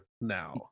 now